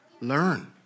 Learn